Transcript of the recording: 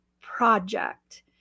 project